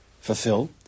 fulfill